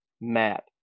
map